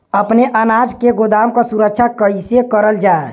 अपने अनाज के गोदाम क सुरक्षा कइसे करल जा?